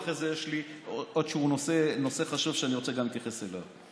ואחרי זה יש לי עוד נושא חשוב שאני רוצה גם להתייחס אליו.